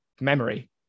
memory